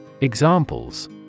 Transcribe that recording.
Examples